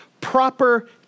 proper